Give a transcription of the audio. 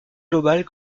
globales